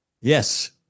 Yes